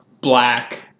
black